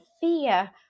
fear